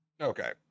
Okay